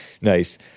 Nice